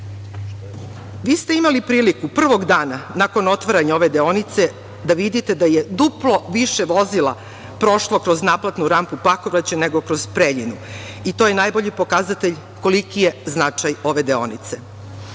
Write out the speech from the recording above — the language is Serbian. Vi ste imali priliku prvog dana nakon otvaranja ove deonice da vidite da je duplo više vozila prošlo kroz naplatnu rampu Pakovraće nego kroz Preljinu. To je najbolji pokazatelj koliki je značaj ove